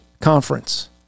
conference